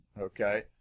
okay